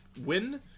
win